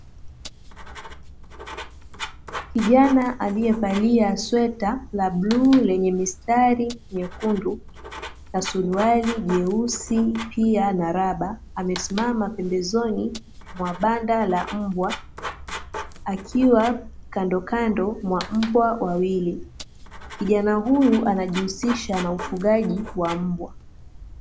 Kijana aliyevalia sweta la bluu lenye mistari mekundu na suruali jeusi, pia na raba, amesimama pembezoni mwa banda la mbwa akiwa kandokando mwa mbwa wawili. Kijana huyu anajihusisha na ufugaji wa mbwa.